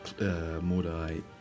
Mordai